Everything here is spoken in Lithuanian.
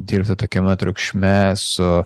dirbti tokiame triukšme su